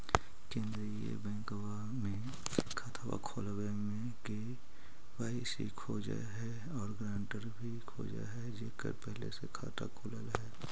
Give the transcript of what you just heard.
केंद्रीय बैंकवा मे खतवा खोलावे मे के.वाई.सी खोज है और ग्रांटर भी खोज है जेकर पहले से खाता खुलल है?